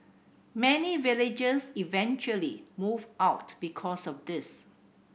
many villagers eventually moved out because of this